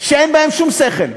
שאין בהם שום שכל,